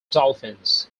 dolphins